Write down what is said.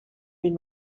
read